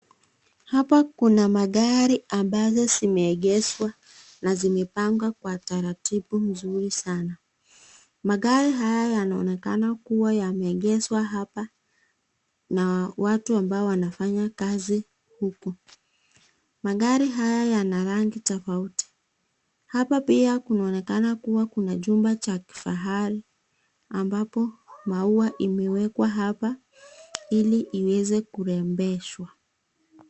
Hapa kuna magari ambazo zimeegezwa na zimepangwa kwa taratibu mzuri sana. Magari haya yanaonekana kuwa yameegezwa hapa na watu ambao wanafanya kazi hapo. Magari haya ni rangi tofauti. Hapa pia kunonekana kuwa kuna chumba cha kifahari ambapo maua imiwekwa hapa ili iweze kurembeshwa.